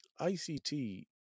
ict